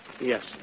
Yes